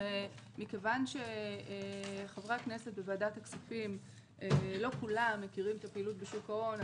מכיוון שחברי הכנסת בוועדת הכספים לא כולם מכירים את הפעילות בשוק ההון,